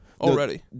already